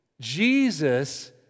Jesus